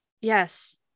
Yes